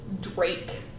drake